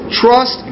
trust